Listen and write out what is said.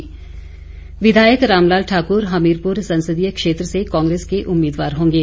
रामलाल ठाकुर विधायक रामलाल ठाकुर हमीरपुर संसदीय क्षेत्र से कांग्रेस के उम्मीदवार होंगे